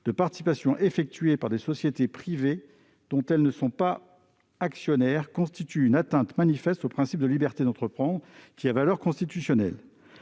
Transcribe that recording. de participation effectuées par des sociétés privées dont elles ne sont pas actionnaires constitue une atteinte manifeste au principe de liberté d'entreprendre, qui a valeur constitutionnelle.